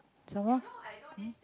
some more